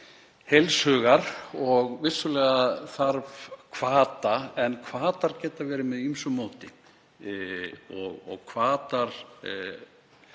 með honum. Vissulega þarf hvata, en hvatar geta verið með ýmsu móti og hvatar